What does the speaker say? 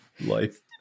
life